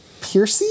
Piercy